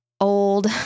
old